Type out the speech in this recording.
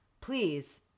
Please